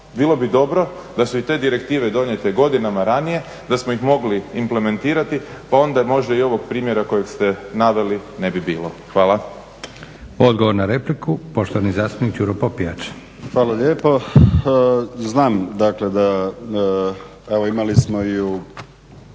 bilo bi dobro da su i te direktive donijete godinama ranije, da smo ih mogli implementirati pa onda možda i ovog primjera kojeg ste naveli ne bi bilo. Hvala. **Leko, Josip (SDP)** Odgovor na repliku, poštovani zastupnik Đuro Popijač. **Popijač, Đuro (HDZ)** Hvala lijepo. Znam dakle da, evo imali smo i u